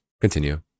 Continue